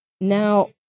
now